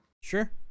Sure